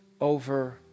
over